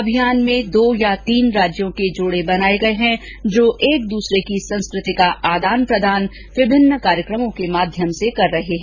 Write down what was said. अभियान में दो या तीन राज्यों के जोड़े बनाए गए हैं जो एक दूसरे की संस्कृति का आदान प्रदान विभिन्न कार्यक्रमों के माध्यम से कर रहे है